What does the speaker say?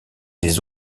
les